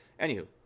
Anywho